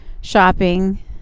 shopping